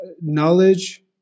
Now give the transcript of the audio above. knowledge